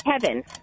Kevin